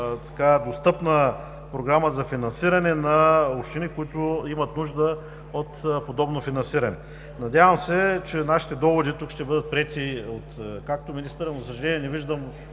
действително достъпна програма за финансиране на общини, които имат нужда от подобно финансиране. Надявам се, че нашите доводи тук ще бъдат приети както и от министъра – за съжаление, не виждам